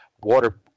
water